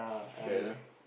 together